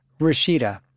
Rashida